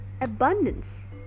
Abundance